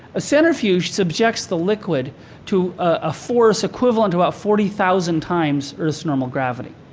a centrifuge subjects the liquid to a force equivalent to about forty thousand times earth's normal gravity.